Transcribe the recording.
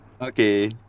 Okay